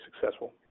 successful